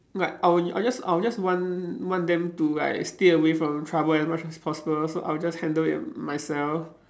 like I will I will just I will just want want them to like stay away from trouble as much as possible so I'll just handle it myself